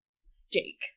steak